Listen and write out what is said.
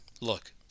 look